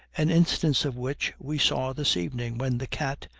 an instance of which we saw this evening, when the cat,